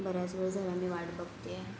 बराच वेळ झाला मी वाट बघते आहे